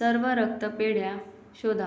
सर्व रक्तपेढ्या शोधा